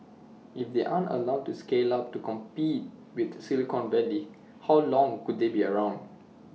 if they aren't allowed to scale up to compete with Silicon Valley how long could they be around